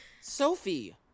Sophie